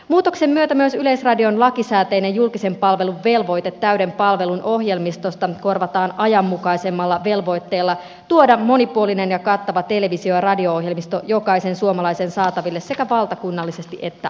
muutoksen myötä myös yleisradion lakisääteinen julkisen palvelun velvoite täyden palvelun ohjelmistosta korvataan ajanmukaisemmalla velvoitteella tuoda monipuolinen ja kattava televisio ja radio ohjelmisto jokaisen suomalaisen saataville sekä valtakunnallisesti että alueellisesti